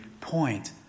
point